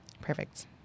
Perfect